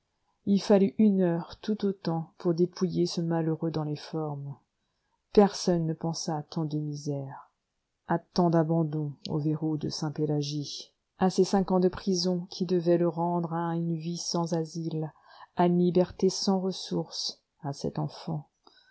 il fallut une heure tout autant pour dépouiller ce malheureux dans les formes personne ne pensa à tant de misère à tant d'abandon aux verroux de sainte-pélagie à ces cinq ans de prison qui devaient le rendre à une vie sans asile à une liberté sans ressources à cet enfant